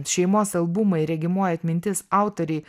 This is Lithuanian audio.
šeimos albumai regimoji atmintis autorei